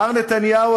מר נתניהו,